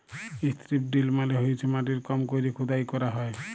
strip drill মালে হইসে মাটির কম কইরে খুদাই ক্যইরা হ্যয়